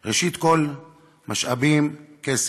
ראשית, משאבים, כסף.